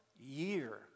year